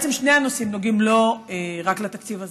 בעצם שני הנושאים נוגעים לא רק לתקציב הזה.